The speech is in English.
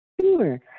Sure